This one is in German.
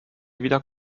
wieder